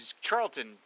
Charlton